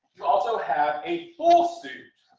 also have a full suit.